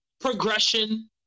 progression